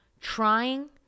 trying